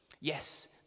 Yes